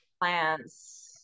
plants